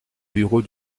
bureau